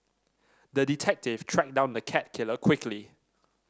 the detective tracked down the cat killer quickly